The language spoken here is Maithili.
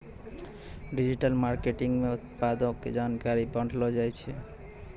डिजिटल मार्केटिंग मे उत्पादो के जानकारी बांटलो जाय छै